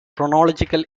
chronological